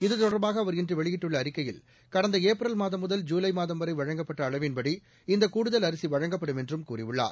இத்தொடர்பாக அவர் இன்று வெளியிட்டுள்ள அறிக்கையில் கடந்த ஏப்ரல் மாதம் முதல் ஜூலை மாதம் வரை வழங்கப்பட்ட அளவின்படி இந்தக் கூடுதல் அரிசி வழங்கப்படும் என்றும் அவர் கூறியுள்ளார்